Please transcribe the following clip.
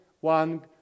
one